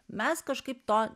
mes kažkaip to